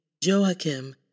Joachim